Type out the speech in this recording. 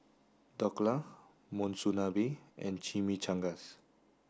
Dhokla Monsunabe and Chimichangas